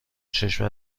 چشم